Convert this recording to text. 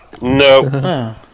No